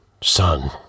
son